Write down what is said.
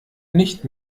nicht